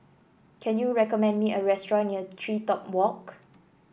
can you recommend me a restaurant near TreeTop Walk